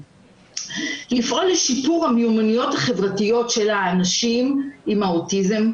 לפעול לשיפור המיומנויות החברתיות של האנשים עם האוטיזם,